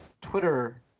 Twitter